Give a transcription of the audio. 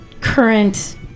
current